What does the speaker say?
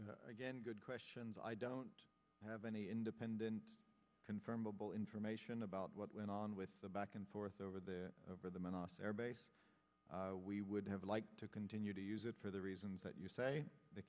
and again good questions i don't have any independent confirmable information about what went on with the back and forth over the over the manassas airbase we would have liked to continue to use it for the reasons that you say the